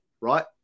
right